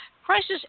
Crisis